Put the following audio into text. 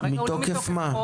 כרגע הוא לא מתוקף חוק.